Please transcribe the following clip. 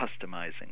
customizing